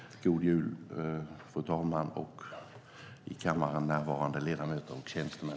God jul, fru talman och i kammaren närvarande ledamöter och tjänstemän!